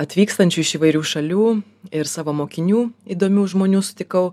atvykstančių iš įvairių šalių ir savo mokinių įdomių žmonių sutikau